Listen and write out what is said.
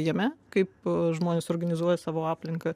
jame kaip žmonės organizuoja savo aplinką